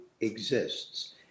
exists